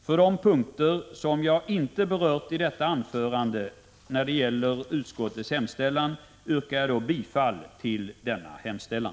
På de punkter som jag inte har berört yrkar jag bifall till utskottets hemställan.